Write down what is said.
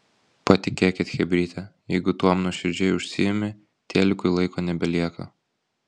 patikėkit chebryte jeigu tuom nuoširdžiai užsiimi telikui laiko nebelieka